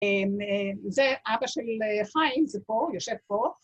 ‫זה אבא של חיים, ‫זה פה, יושב פה.